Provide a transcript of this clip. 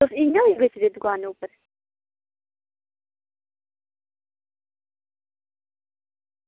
बस गेदे दकान उप्पर